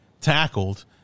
tackled